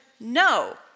no